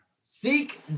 Seek